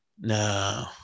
No